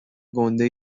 گُنده